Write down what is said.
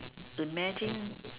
imagine